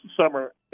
summer